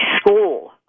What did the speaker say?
school